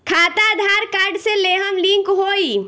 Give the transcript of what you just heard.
खाता आधार कार्ड से लेहम लिंक होई?